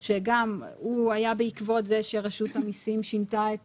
שהיה בעקבות זה שרשות המיסים שינתה את